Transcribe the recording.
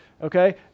Okay